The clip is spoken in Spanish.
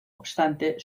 obstante